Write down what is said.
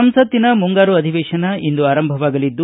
ಸಂಸತ್ತಿನ ಮುಂಗಾರು ಅಧಿವೇಶನ ಇಂದು ಆರಂಭವಾಗಲಿದ್ದು